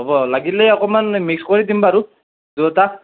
হ'ব লাগিলে অকণমান মিক্স কৰি দিম বাৰু দুয়োটা